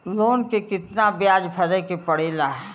Loan के कितना ब्याज भरे के पड़े ला?